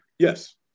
Yes